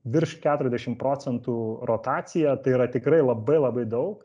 virš keturiasdešim procentų rotacija tai yra tikrai labai labai daug